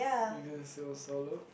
you gonna sail solo